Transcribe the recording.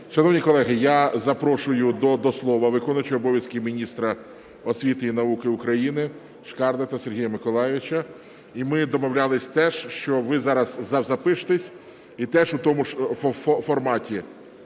Шановні колеги, я запрошую до слова виконуючого обов'язки міністра освіти і науки України Шкарлета Сергія Миколайовича. І ми домовлялися теж, що ви зараз запишетесь і теж у тому ж форматі,